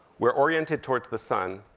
we're oriented towards the sun,